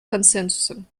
консенсусом